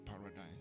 paradise